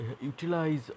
utilize